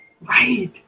Right